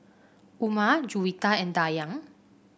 Umar Juwita and Dayang